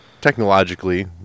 technologically